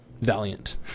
valiant